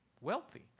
wealthy